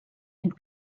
and